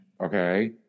Okay